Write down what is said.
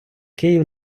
київ